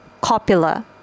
copula